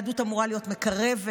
יהדות אמורה להיות מקרבת,